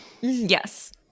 Yes